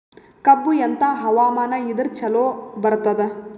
ಕಬ್ಬು ಎಂಥಾ ಹವಾಮಾನ ಇದರ ಚಲೋ ಬರತ್ತಾದ?